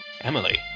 Emily